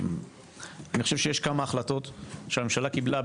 אני חושב שיש כמה החלטות שהממשלה קיבלה,